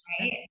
Right